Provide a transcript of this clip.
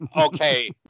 okay